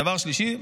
דבר שלישי,